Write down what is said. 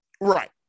Right